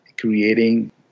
creating